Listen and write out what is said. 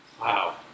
Wow